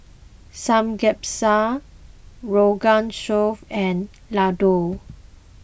Samgyeopsal Rogan Josh and Ladoo